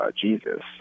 Jesus